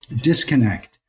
disconnect